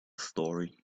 story